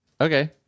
Okay